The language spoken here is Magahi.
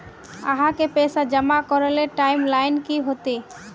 आहाँ के पैसा जमा करे ले टाइम लाइन की होते?